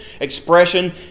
expression